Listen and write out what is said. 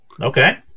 Okay